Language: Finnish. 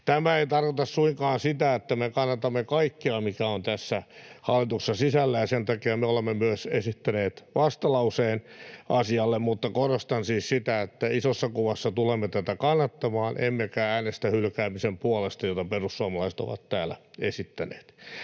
Tämä ei tarkoita suinkaan sitä, että me kannatamme kaikkea, mikä on tässä hallituksen esityksessä sisällä, ja sen takia me olemme myös esittäneet vastalauseen asialle. Mutta korostan siis sitä, että isossa kuvassa tulemme tätä kannattamaan emmekä äänestä hylkäämisen puolesta, jota perussuomalaiset ovat täällä esittäneet.